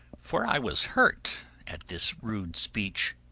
for i was hurt at this rude speech.